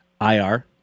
IR